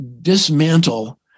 dismantle